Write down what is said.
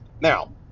Now